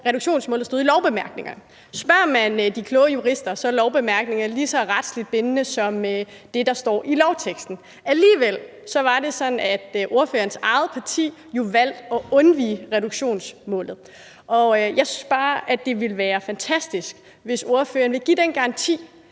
reduktionsmålet stod i lovbemærkningerne, og spørger man de kloge jurister, er lovbemærkninger lige så retligt bindende som det, der står i lovteksten – og alligevel var det sådan, at ordførerens eget parti valgte at fravige reduktionsmålet. Jeg synes bare, at det ville være fantastisk, hvis ordføreren ville give den garanti